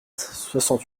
soixante